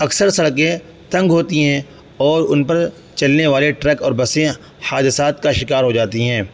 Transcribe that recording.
اکثر سڑکیں تنگ ہوتی ہیں اور ان پر چلنے والے ٹرک اور بسیں حادثات کا شکار ہو جاتی ہیں